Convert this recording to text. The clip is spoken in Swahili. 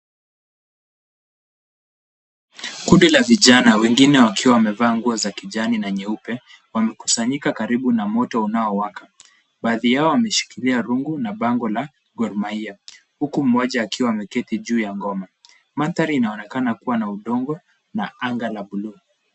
Kundi la vijana wengine wakiwa wamevaa nguo za kijani na nyeupe wamekusanyika karibu na moto unaowaka. Baadhi yao wameshikilia rungu na bango la Gor Mahia huku mmoja akiwa ameketi juu ya ngoma. Maandhari inaonekana kua na udogo na anga la blue